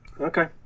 Okay